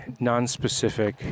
nonspecific